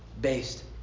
based